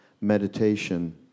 meditation